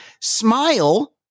smile